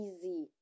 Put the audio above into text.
easy